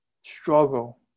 struggle